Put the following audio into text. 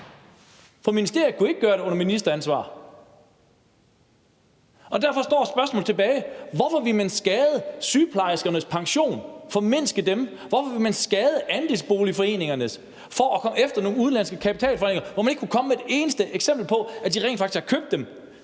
for ministeriet kunne ikke gøre det under ministeransvar, og derfor står et spørgsmål tilbage: Hvorfor vil man skade sygeplejerskernes pensioner og formindske dem? Hvorfor vil man skade andelsboligforeningerne for at komme efter nogle udenlandske kapitalforeninger, hvor man ikke har kunnet komme med et eneste eksempel på, at de rent faktisk har købt dem,